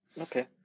Okay